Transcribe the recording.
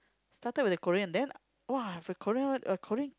started with a Korean then !wah! the Korean the Korean